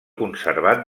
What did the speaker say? conservat